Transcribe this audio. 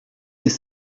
des